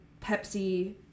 pepsi